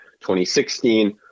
2016